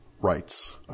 rights